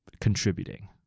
contributing